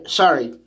sorry